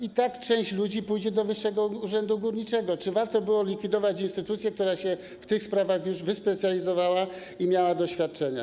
I tak część ludzi pójdzie do Wyższego Urzędu Górniczego, czy warto więc było likwidować instytucję, która się w tych sprawach już wyspecjalizowała i miała doświadczenie?